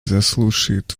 заслушает